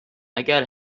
اگر